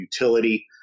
utility